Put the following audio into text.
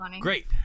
great